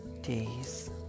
days